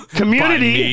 community